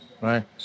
right